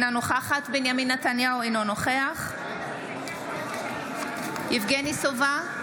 אינה נוכחת בנימין נתניהו, אינו נוכח יבגני סובה,